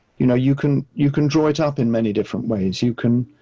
you know, you can you can draw it out in many different ways. you can,